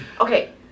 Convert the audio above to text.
Okay